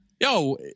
Yo